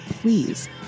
please